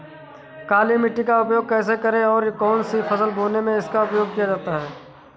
काली मिट्टी का उपयोग कैसे करें और कौन सी फसल बोने में इसका उपयोग किया जाता है?